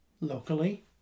Locally